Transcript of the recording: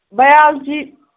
biology